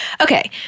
Okay